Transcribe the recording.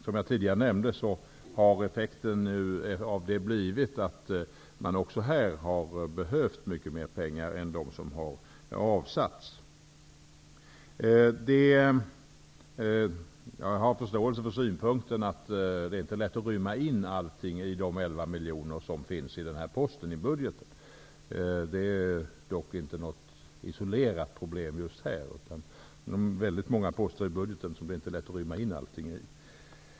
Som jag tidigare nämnde har effekten av detta nu blivit att man också här har behövt mycket mer pengar än vad som har avsatts. Jag har förståelse för synpunkten att det inte är lätt att rymma in allting i de 11 miljoner kronor som den här posten i budgeten innehåller. Det är dock inget isolerat problem i just detta sammanhang. Det finns väldigt många poster i budgeten som det inte är lätt att rymma in allting i.